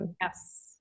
Yes